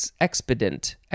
expedient